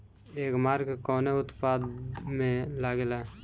एगमार्क कवने उत्पाद मैं लगेला?